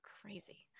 crazy